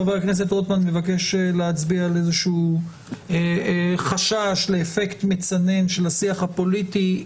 חבר הכנסת רוטמן מבקש להצביע על איזה חשש לאפקט מצנן של השיח הפוליטי.